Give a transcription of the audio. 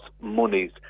monies